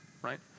right